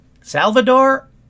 Salvador